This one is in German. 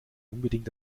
unbedingt